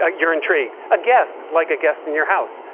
ah you're intrigued? a guest, like a guest in your house,